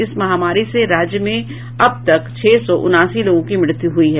इस महामारी से राज्य में अब तक छह सौ उनासी लोगों की मृत्यु हुई है